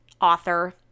author